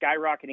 skyrocketing